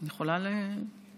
אני יכולה להרצות